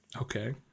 Okay